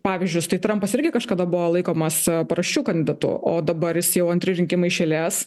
pavyzdžius tai trampas irgi kažkada buvo laikomas paraščių kandidatu o dabar jis jau antri rinkimai iš eilės